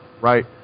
right